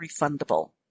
refundable